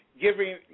giving